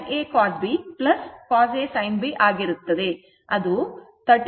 ಆದ್ದರಿಂದ ಇದು sin a cos b cos a sin b ಆಗಿರುತ್ತದೆ